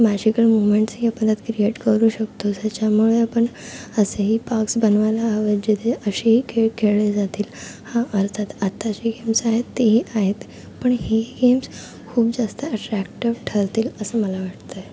magical मुमेंट्सही आपण त्यात क्रिएट करू शकतो त्याच्यामुळे आपण असेही पार्क्स बनवायला हवेत जिथे असेही खेळ खेळले जातील हां अर्थात आत्ता जे गेम्स आहेत तेही आहेत पण हेही गेम्स खूप जास्त अट्रॅक्टीव्ह ठरतील असं मला वाटतं आहे